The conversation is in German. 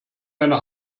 meine